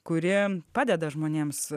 kurie padeda žmonėms